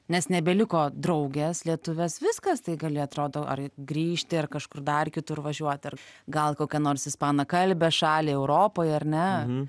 nes nebeliko draugės lietuvės viskas tai gali atrodo ar grįžti ar kažkur dar kitur važiuot ar gal kokiąnors ispanakalbę šaly europoj ar ne